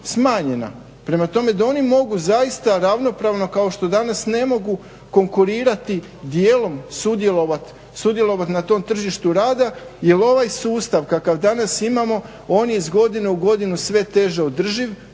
smanjena. Prema tome da oni mogu zaista ravnopravno kao što danas ne mogu konkurirati dijelom sudjelovati na tom tržištu rada jel ovaj sustav kakav danas imamo on je iz godinu i godinu sve teže održiv